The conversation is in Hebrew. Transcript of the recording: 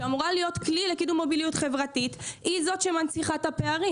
שאמורה להיות כלי לקידום מוביליות חברתית היא זו שמנציחה את הפערים.